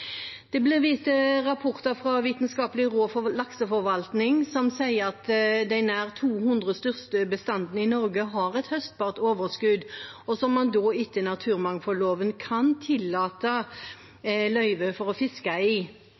Det ble vist til rapporter fra Vitenskapelig råd for lakseforvaltning, som sier at de nær 200 største bestandene i Norge har et høstbart overskudd, som man da etter naturmangfoldloven kan tillate løyve for å fiske i.